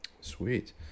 Sweet